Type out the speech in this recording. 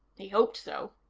he hoped so.